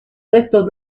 restos